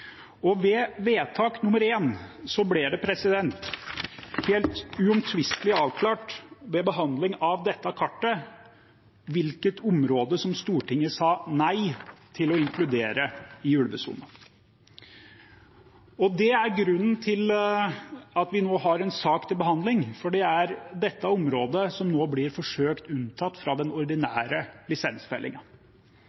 vedtak romertall én ble det helt uomtvistelig avklart, ved behandling av dette kartet, hvilket område som Stortinget sa nei til å inkludere i ulvesonen. Det er grunnen til at vi nå har en sak til behandling. Det er dette området som nå blir forsøkt unntatt fra den